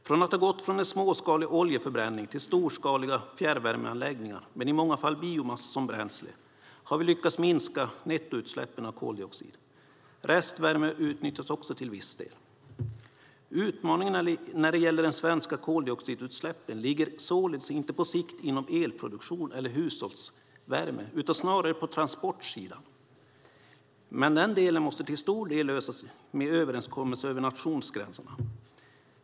Genom att ha gått från en småskalig oljeförbränning till storskaliga fjärrvärmeanläggningar, med i många fall biomassa som bränsle, har vi lyckats minska nettoutsläppen av koldioxid. Restvärme utnyttjas också till viss del. Utmaningen när det gäller de svenska koldioxidutsläppen ligger således inte på sikt inom elproduktion eller hushållsvärme utan snarare på transportsidan. Men den delen måste till stor del lösas med överenskommelser över nationsgränserna.